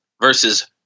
versus